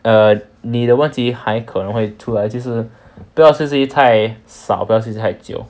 err 你的问题还可能会出来就是不要休息太少不要休息太久